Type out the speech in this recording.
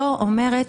לא היית פה.